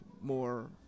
more